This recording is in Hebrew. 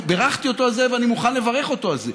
בירכתי אותו על זה, ואני מוכן לברך אותו על זה.